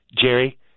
Jerry